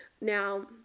Now